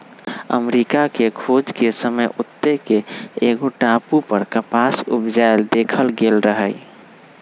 अमरिका के खोज के समय ओत्ते के एगो टापू पर कपास उपजायल देखल गेल रहै